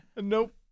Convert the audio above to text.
Nope